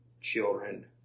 children